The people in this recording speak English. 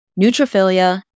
neutrophilia